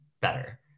better